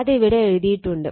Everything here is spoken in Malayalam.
അത് ഇവിടെ എഴുതിയിട്ടുണ്ട്